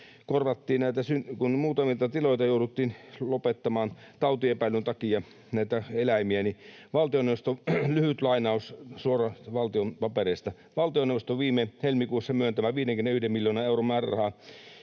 kun muutamilta tiloilta jouduttiin lopettamaan tautiepäilyn takia näitä eläimiä. Lyhyt lainaus valtion papereista: ”Valtioneuvoston viime helmikuussa myöntämä 51 miljoonan euron määräraha